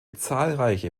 zahlreiche